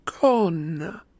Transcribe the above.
gone